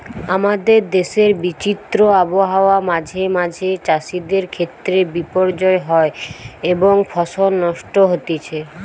আমাদের দেশের বিচিত্র আবহাওয়া মাঁঝে মাঝে চাষিদের ক্ষেত্রে বিপর্যয় হয় এবং ফসল নষ্ট হতিছে